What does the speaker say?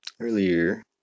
Earlier